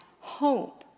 hope